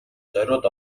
зориуд